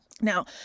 Now